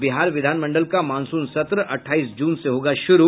और बिहार विधान मंडल का मानसून सत्र अठाईस जून से होगा शुरू